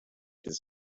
does